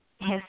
Yes